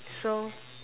so